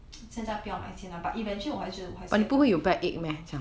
现在不要买先啦 but eventually 我觉得我还是应该会